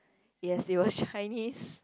yes it was Chinese